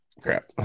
crap